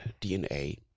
DNA